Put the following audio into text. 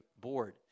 board